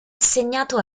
assegnato